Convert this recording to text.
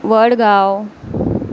Vadgaon